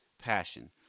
Passion